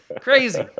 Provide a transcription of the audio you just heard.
Crazy